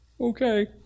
okay